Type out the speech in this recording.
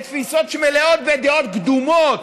בתפיסות שמלאות בדעות קדומות,